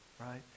right